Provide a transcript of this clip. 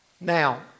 Now